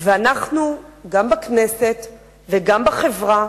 ואנחנו, גם בכנסת וגם בחברה,